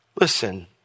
Listen